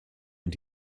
und